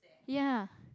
ya